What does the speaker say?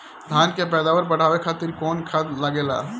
धान के पैदावार बढ़ावे खातिर कौन खाद लागेला?